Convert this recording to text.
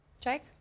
Jake